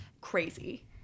crazy